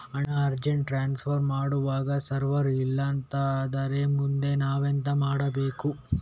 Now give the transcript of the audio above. ಹಣ urgent transfer ಮಾಡ್ವಾಗ server ಇಲ್ಲಾಂತ ಆದ್ರೆ ಮುಂದೆ ನಾವೆಂತ ಮಾಡ್ಬೇಕು?